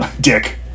Dick